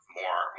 more